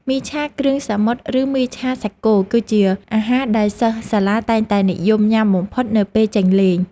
មីឆាគ្រឿងសមុទ្រឬមីឆាសាច់គោគឺជាអាហារដែលសិស្សសាលាតែងតែនិយមញ៉ាំបំផុតនៅពេលចេញលេង។